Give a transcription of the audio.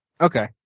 Okay